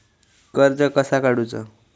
कर्ज कसा काडूचा?